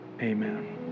Amen